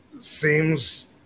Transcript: Seems